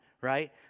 right